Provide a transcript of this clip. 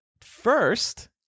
first